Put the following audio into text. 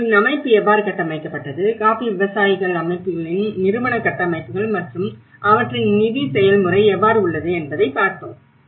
அவர்களின் அமைப்பு எவ்வாறு கட்டமைக்கப்பட்டது காபி விவசாயிகள் அமைப்புகளின் நிறுவன கட்டமைப்புகள் மற்றும் அவற்றின் நிதி செயல்முறை எவ்வாறு உள்ளது என்பதை பார்த்தோம்